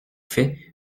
fait